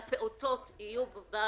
כל עוד הפעוטות יהיו בבית,